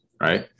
Right